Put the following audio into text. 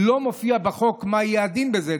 לא מופיע בחוק מהם היעדים בזה.